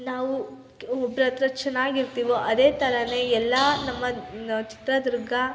ನಾವು ಒಬ್ರ ಹತ್ರ ಚೆನ್ನಾಗಿರ್ತೀವೋ ಅದೇ ಥರ ಎಲ್ಲ ನಮ್ಮ ಚಿತ್ರದುರ್ಗ